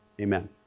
Amen